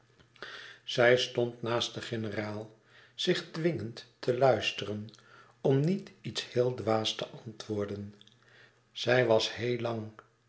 zij stond naast den generaal zich dwingend te luisteren om niet iets heel dwaas te antwoorden zij was heel lang